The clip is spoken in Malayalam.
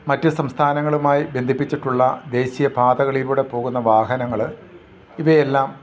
മറ്റ് സംസ്ഥാനങ്ങളുമായി ബന്ധിപ്പിച്ചിട്ടുള്ള ദേശീയ പാതകളിലൂടെ പോകുന്ന വാഹനങ്ങൾ ഇവയെല്ലാം